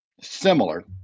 similar